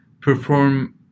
perform